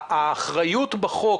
האחריות בחוק,